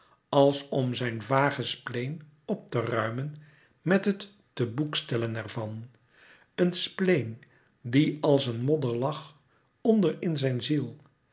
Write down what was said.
als om zijn vage spleen op te ruimen met het te boek stellen ervan een spleen die als een modder lag onder in zijn ziel